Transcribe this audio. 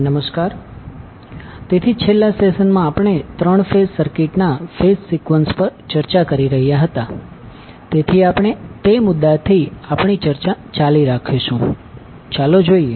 નમસ્કાર તેથી છેલ્લા સેશન માં આપણે 3 ફેઝ સર્કિટના ફેઝ સિકવન્સ પર ચર્ચા કરી રહ્યા હતા તેથી આપણે તે મુદ્દાથી આપણી ચર્ચા ચાલુ રાખીશું અને ચાલો જોઇએ